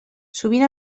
sovint